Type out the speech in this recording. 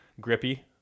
grippy